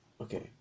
Okay